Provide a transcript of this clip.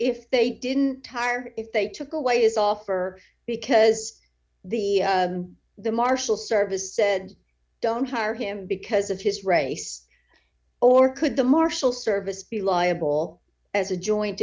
if they didn't tar if they took away his offer because the the marshal service said don't hire him because of his race or could the marshal service be liable as a joint